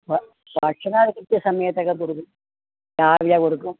ഭക്ഷണം കൃത്യ സമയത്തൊക്കെ കൊടുക്കും രാവിലെ കൊടുക്കും